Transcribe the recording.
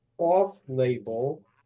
off-label